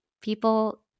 people